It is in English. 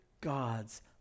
God's